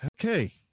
Okay